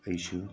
ꯑꯩꯁꯨ